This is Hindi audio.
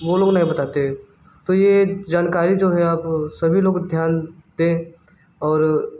वह लोग नहीं बताते तो यह जानकारी जो है आप सभी लोग ध्यान दें और